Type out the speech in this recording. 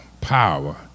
power